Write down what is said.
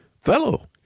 fellow